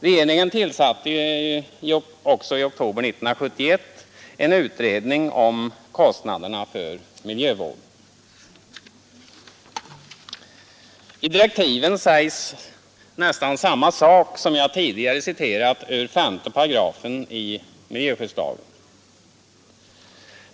Regeringen tillsatte också i oktober 1971 en utredning om kostnaderna för miljövård. I direktiven sägs nästan samma sak som jag tidigare citerat ur 5 § i miljöskyddslagen.